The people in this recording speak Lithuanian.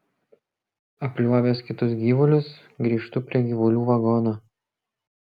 apliuobęs kitus gyvulius grįžtu prie gyvulių vagono